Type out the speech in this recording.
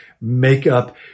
makeup